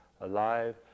alive